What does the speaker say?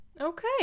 Okay